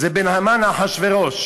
זה בין המן לאחשוורוש,